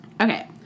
Okay